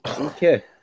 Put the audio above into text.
Okay